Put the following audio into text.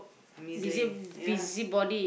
misery ya